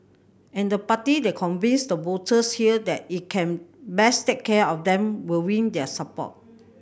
and the party that convinces the voters here that it can best take care of them will win their support